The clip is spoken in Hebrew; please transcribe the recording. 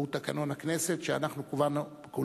והוא תקנון הכנסת, שאנחנו כולנו